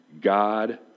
God